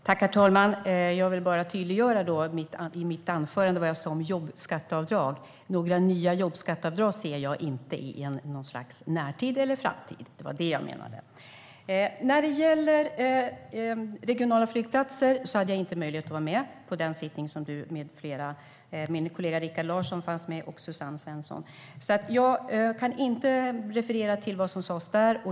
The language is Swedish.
Herr talman! Jag vill bara tydliggöra vad jag sa i mitt anförande om jobbskatteavdrag. Några nya jobbskatteavdrag ser jag inte i någon närtid eller framtid. Det var det jag menade. När det gäller regionala flygplatser hade jag inte möjlighet att vara med på den sittning som Anders Åkesson med flera var på. Mina kollegor Rikard Larsson och Suzanne Svensson var med. Jag kan inte referera till vad som sas där.